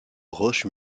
roches